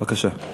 בבקשה.